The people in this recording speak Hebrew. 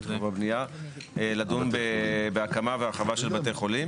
התכנון והבנייה לדון בהקמה והרחבה של בתי חולים.